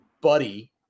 buddy